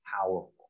powerful